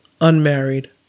unmarried